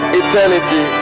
eternity